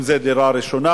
אם זו דירה ראשונה,